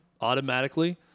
automatically